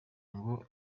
ngo